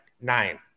nine